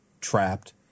trapped